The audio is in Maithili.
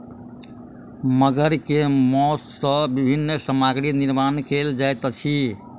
मगर के मौस सॅ विभिन्न सामग्री निर्माण कयल जाइत अछि